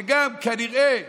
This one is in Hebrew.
שגם כנראה